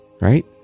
Right